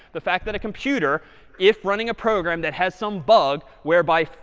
the fact that a computer if running a program that has some bug whereby,